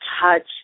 touch